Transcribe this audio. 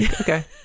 Okay